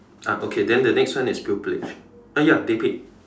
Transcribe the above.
ah okay then the next one is pupilage uh ya they paid